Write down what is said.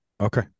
Okay